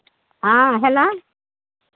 हंँ हेलो